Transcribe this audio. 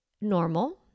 normal